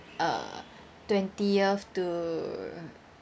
uh twentieth to